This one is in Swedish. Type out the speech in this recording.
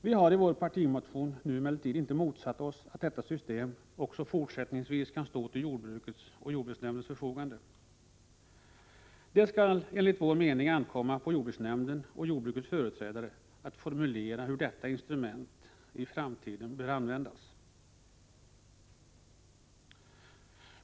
Vi har emellertid i vår partimotion inte motsatt oss att detta system också fortsättningsvis kan stå till jordbrukets och jordbruksnämndens förfogande. Det skall enligt vår mening ankomma på jordbruksnämnden och jordbrukets företrädare att formulera hur detta instrument i framtiden bör användas.